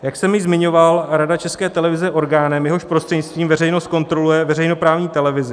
Jak jsem již zmiňoval, Rada České televize je orgánem, jehož prostřednictvím veřejnost kontroluje veřejnoprávní televizi.